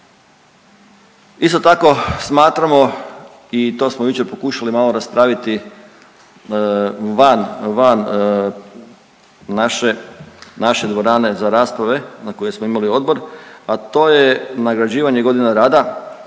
Isto tako smatramo i to smo jučer pokušali malo raspraviti van, van naše, naše dvorane za rasprave na kojoj smo imali odbor, a to je nagrađivanje godina rada